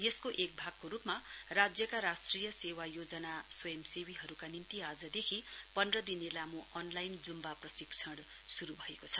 यसको एक भागको रुपमा राज्यका राष्ट्रिय सेवा योजना स्वयंसेवीहरुको निम्ति आजदेखि पन्ध्रदिने लामो अनलाइन जुम्बा प्रशिक्षण शुरु भएको छ